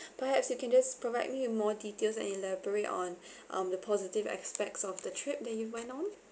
perhaps you can just provide me more details and elaborate on um the positive aspects of the trip that you went on